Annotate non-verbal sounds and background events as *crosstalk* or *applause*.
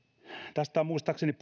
tästä on muistaakseni *unintelligible*